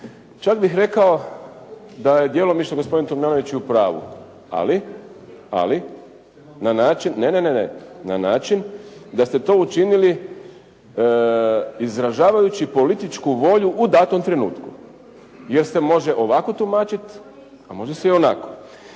čak bih rekao da je djelomično gospodin Tomljanović i u pravu, ali na način da ste to učinili izražavajući političku volju u datom trenutku jer se može ovako tumačiti, a može se i onako.